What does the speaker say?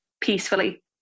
peacefully